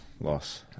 loss